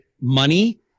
money